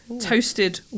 Toasted